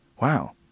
Wow